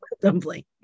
dumpling